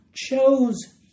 Chose